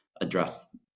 address